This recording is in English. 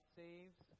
saves